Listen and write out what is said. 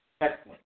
Excellent